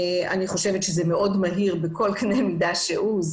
אני חושבת שזה מאוד מהיר בכל קנה-מידה שהוא.